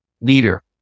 leader